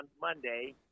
Monday